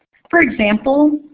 for example,